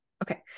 Okay